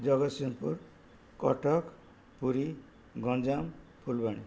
Jagatsinghpur Cuttack Puri Ganjam Phulbani